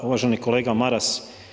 Uvaženi kolega Maras.